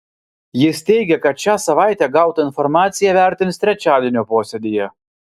jis teigia kad šią savaitę gautą informaciją vertins trečiadienio posėdyje